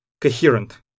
coherent